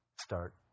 start